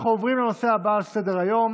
אנחנו עוברים לנושא הבא על סדר-היום,